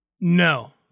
No